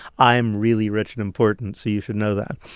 i'm really rich and important, so you should know that.